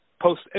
post